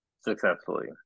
successfully